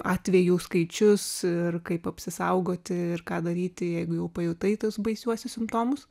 atvejų skaičius ir kaip apsisaugoti ir ką daryti jeigu jau pajutai tuos baisiuosius simptomus